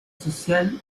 social